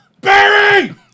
Barry